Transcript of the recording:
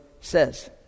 says